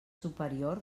superior